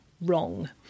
wrong